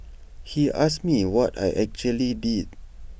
he asked me what I actually did